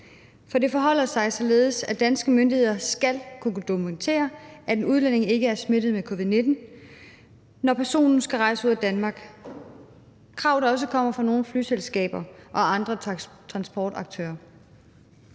For det forholder sig således, at danske myndigheder skal kunne dokumentere, at en udlænding ikke er smittet med covid-19, når personen skal rejse ud af Danmark. Det er et krav, der også kommer fra nogle flyselskaber og andre transportaktører.